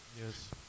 Yes